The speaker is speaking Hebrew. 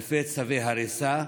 אלפי צווי הריסה,